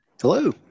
Hello